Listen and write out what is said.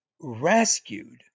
rescued